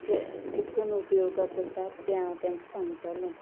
कितकन उपयोगा पडटा तें हांव तेंका सांगतलें